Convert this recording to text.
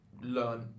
Learn